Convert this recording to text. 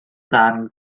darn